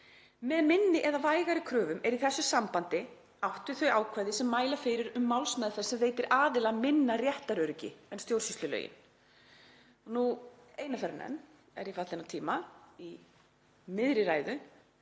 Með minni eða vægari kröfum er í þessu sambandi átt við þau ákvæði sem mæla fyrir um málsmeðferð sem veitir aðila minna réttaröryggi en stjórnsýslulögin.“ Eina ferðina er ég fallin á tíma í miðri ræðu,